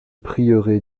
prieuré